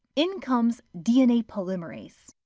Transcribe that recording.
in comes dna polymerase.